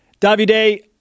Davide